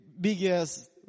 biggest